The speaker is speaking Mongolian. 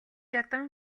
ядан